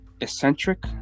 Eccentric